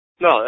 No